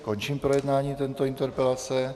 Končím projednávání této interpelace.